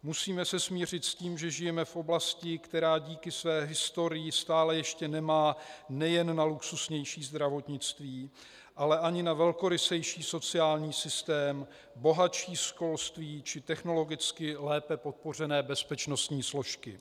Musíme se smířit s tím, že žijeme v oblasti, která díky své historii stále ještě nemá nejen na luxusnější zdravotnictví, ale ani na velkorysejší sociální systém, bohatší školství či technologicky lépe podpořené bezpečnostní složky.